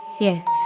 Yes